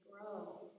grow